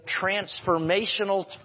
transformational